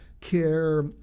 care